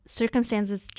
circumstances